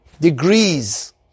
degrees